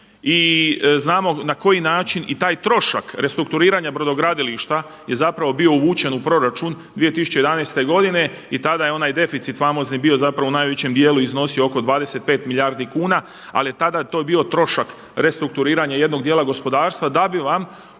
i znamo na koji način i taj trošak restrukturiranja brodogradilišta je zapravo bio uvučen u proračun 2011. godine i tada je onaj deficit famozni bio zapravo u najvećem dijelu iznosio oko 25 milijardi kuna, ali je tada to bio trošak restrukturiranja jednog dijela gospodarstva da bi vam u